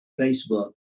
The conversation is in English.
Facebook